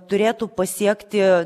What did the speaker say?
turėtų pasiekti